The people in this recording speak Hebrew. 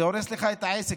זה הורס לך את העסק.